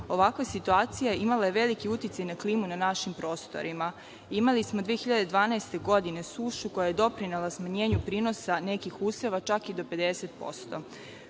Ovakva situacija imala je veliki uticaj na klimu na našim prostorima. Imali smo 2012. godine sušu koja je doprinela smanjenju prinosa nekih useva čak i do 50%.